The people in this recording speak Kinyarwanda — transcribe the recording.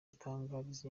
atangariza